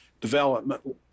development